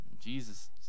Jesus